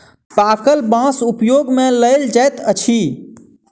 पाकल बाँस उपयोग मे लेल जाइत अछि